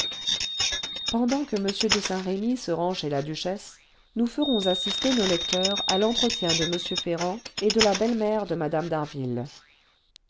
pendant que m de saint-remy se rend chez la duchesse nous ferons assister nos lecteurs à l'entretien de m ferrand et de la belle-mère de mme